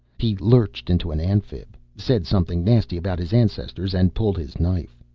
he lurched into an amphib, said something nasty about his ancestors, and pulled his knife.